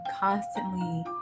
constantly